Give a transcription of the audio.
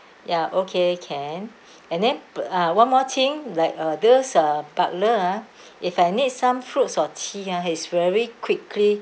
ya okay can and then uh one more thing like uh those uh butler ah if I need some fruits or tea ah he's very quickly